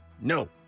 no